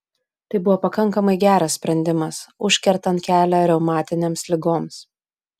tai buvo pakankamai geras sprendimas užkertant kelią reumatinėms ligoms